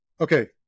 okay